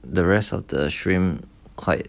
the rest of the shrimp quite